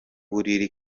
buriri